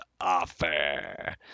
offer